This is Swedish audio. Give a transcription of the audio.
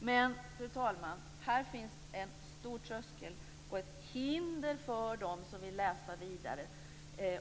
Men, fru talman, här finns en stor tröskel och ett hinder för dem som vill läsa vidare